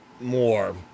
more